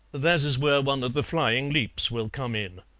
that is where one of the flying leaps will come in.